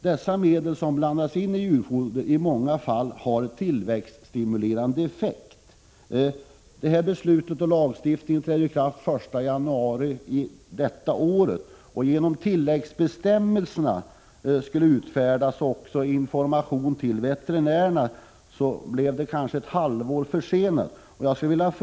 Dessa medel som blandas in i djurfoder har i många fall tillväxtstimulerande effekt. Detta beslut och denna lagstiftning trädde i kraft den 1 januari i år. Genom att tilläggsbestämmelser också skulle utfärdas med information till veterinärerna blev det kanske ett halvårs försening.